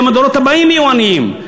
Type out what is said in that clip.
גם הדורות הבאים יהיו עניים.